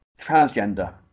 transgender